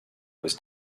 was